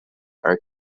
are